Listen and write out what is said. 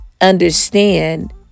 understand